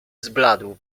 zbladł